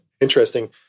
Interesting